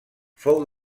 fou